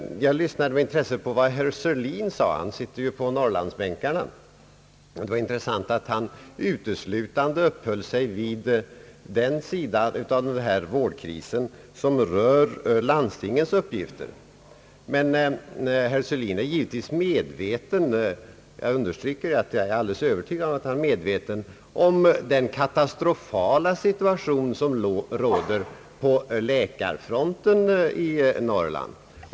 Jag lyssnade med intresse på vad herr Sörlin sade — han sitter ju på norrlandsbänken. Det var intressant att han uteslutande uppehöll sig vid den sida av vårdkrisen som rör landstingens uppgifter, men herr Sörlin är givetvis medveten om — jag understryker att jag är alldeles övertygad om att han är medveten om det — den katastrofala situation som råder på läkarfronten i Norrland.